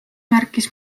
märkis